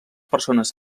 persones